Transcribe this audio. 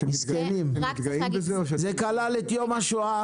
זה כלל את יום השואה,